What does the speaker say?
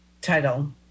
title